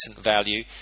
value